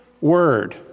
word